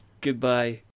goodbye